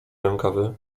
rękawy